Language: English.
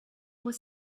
was